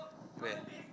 where